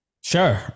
Sure